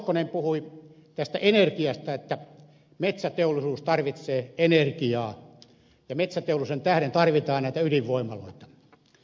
hoskonen puhui tästä energiasta että metsäteollisuus tarvitsee energiaa ja metsäteollisuuden tähden tarvitaan ydinvoimaloita